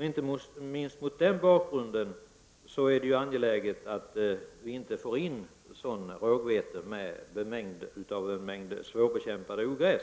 Inte minst mot den bakgrunden är det angeläget att vi inte får in rågvete bemängd med svårbekämpade ogräs.